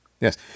yes